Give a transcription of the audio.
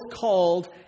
called